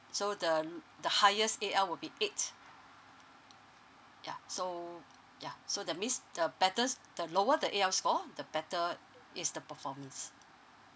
so the the highest A_L will be eight ya so ya so that means the better the lower the A_L score the better is the performance